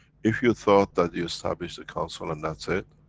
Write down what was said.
if you thought that you established the council and that's it,